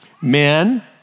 Men